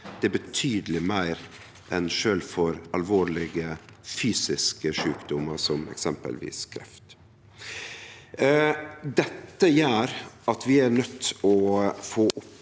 er betydeleg meir enn for sjølv alvorlege fysiske sjukdomar som eksempelvis kreft. Dette gjer at vi er nøydde til å få opp